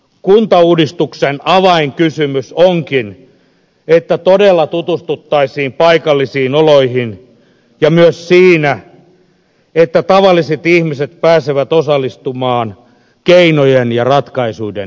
kuntauudistuksen avainkysymys onkin se että todella tutustuttaisiin paikallisiin oloihin ja myös se että tavalliset ihmiset pääsevät osallistumaan keinojen ja ratkaisuiden etsintään